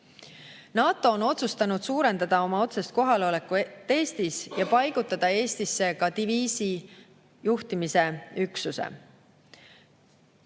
on otsustanud suurendada oma otsest kohalolekut Eestis ja paigutada Eestisse ka diviisi juhtimise üksuse.